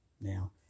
Now